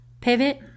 Pivot